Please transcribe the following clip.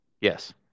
Yes